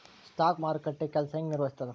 stock ಮಾರುಕಟ್ಟೆ ಕೆಲ್ಸ ಹೆಂಗ ನಿರ್ವಹಿಸ್ತದ